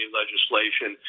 legislation